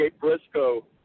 Briscoe